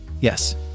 Yes